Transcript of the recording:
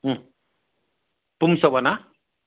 पुंसवनं